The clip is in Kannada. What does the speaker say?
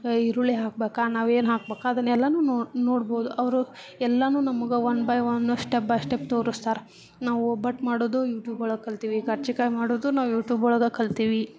ಈರುಳ್ಳಿ ಹಾಕ್ಬೇಕು ನಾವು ಏನು ಹಾಕ್ಬೇಕು ಅದನ್ನೆಲ್ಲವೂ ನೋಡಿ ನೋಡ್ಬೋದು ಅವರು ಎಲ್ಲವೂ ನಮಗೆ one by one step by step ತೋರಿಸ್ತಾರೆ ನಾವು ಒಬ್ಬಟ್ಟು ಮಾಡೋದು ಯೂಟೂಬ್ ಒಳಗೆ ಕಲಿತೀವಿ ಕರ್ಜಿಕಾಯಿ ಮಾಡೋದು ನಾವು ಯೂಟೂಬ್ ಒಳಗೆ ಕಲ್ತೀವಿ